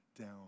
down